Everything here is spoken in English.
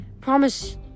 Promise